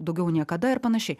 daugiau niekada ir panašiai